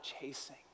chasing